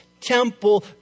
temple